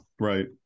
Right